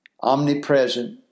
omnipresent